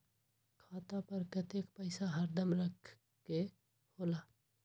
खाता पर कतेक पैसा हरदम रखखे के होला?